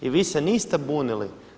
I vi se niste bunili.